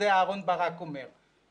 זה אהרון ברק אומר.